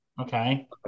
okay